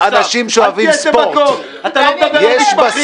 -- יש בשמאל אנשים שאוהבים ספורט ---- אתה לא תדבר על מתמחים.